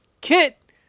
Kit